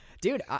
Dude